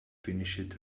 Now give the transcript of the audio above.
finished